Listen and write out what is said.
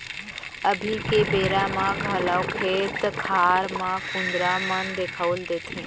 अभी के बेरा म घलौ खेत खार म कुंदरा मन देखाउ देथे